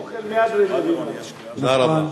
אוכל מהדרין, מביאים, תודה רבה.